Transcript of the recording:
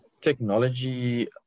technology